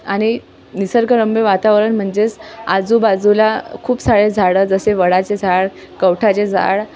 आणि निसर्गरम्य वातावरण म्हणजेच आजूबाजूला खूप सारे झाडं जसे वडाचे झाड कवठाचे झाड